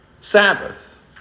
Sabbath